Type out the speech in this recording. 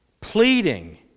pleading